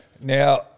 Now